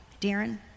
darren